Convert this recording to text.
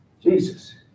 Jesus